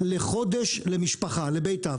לחודש למשפחה לבית אב.